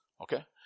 Okay